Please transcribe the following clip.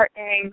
partnering